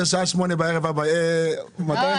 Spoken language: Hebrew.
השעה 20:00 בערב אבא יהיה --- לא,